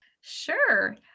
Sure